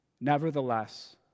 Nevertheless